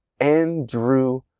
Andrew